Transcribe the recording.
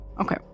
Okay